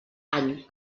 any